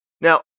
Now